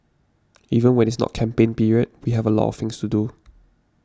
even when it's not campaign period we have a lot of things to do